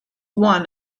won